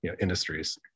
industries